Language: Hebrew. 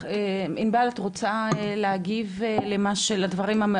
ענבל את רוצה להגיב לדברים?